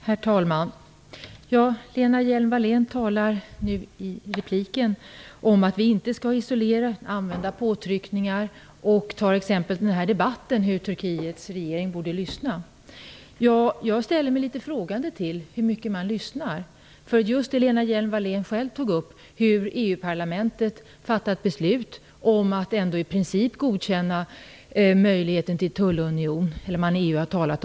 Herr talman! Lena Hjelm-Wallén talar om att vi inte skall isolera och använda påtryckningar. Hon tar den här debatten som ett exempel och säger att Turkiets regering borde lyssna. Jag ställer mig litet frågande till hur mycket man lyssnar. Lena Hjelm-Wallén tog själv upp att EU har ingått en principöverenskommelse om en tullunion mellan EU och Turkiet.